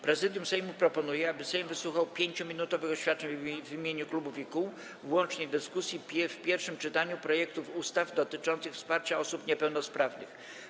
Prezydium Sejmu proponuje, aby Sejm wysłuchał 5-minutowych oświadczeń w imieniu klubów i kół w łącznej dyskusji w pierwszym czytaniu projektów ustaw dotyczących wsparcia osób niepełnosprawnych.